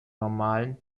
normalen